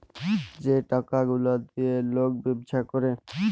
যে টাকা গুলা দিঁয়ে লক ব্যবছা ক্যরে